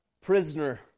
prisoner